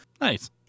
Nice